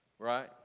Right